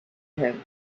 him